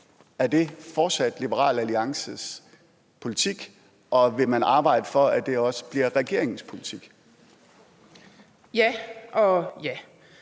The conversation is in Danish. om det fortsat er Liberal Alliances politik, og om man vil arbejde for, at det også bliver regeringens politik. Kl.